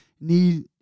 need